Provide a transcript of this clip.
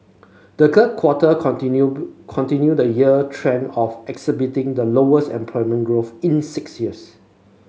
the quarter continue continued the year trend of exhibiting the lowest employment growth in six years